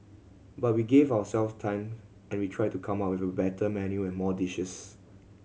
but we gave ourselves time and we tried to come up with a better menu and more dishes